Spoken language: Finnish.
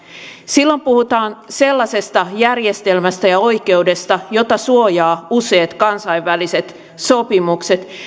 silloin puhutaan sellaisesta järjestelmästä ja oikeudesta jota suojaavat useat kansainväliset sopimukset